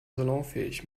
salonfähig